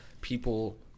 people